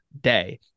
day